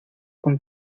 con